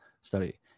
study